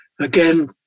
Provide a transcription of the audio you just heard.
again